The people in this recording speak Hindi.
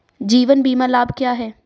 जीवन बीमा लाभ क्या हैं?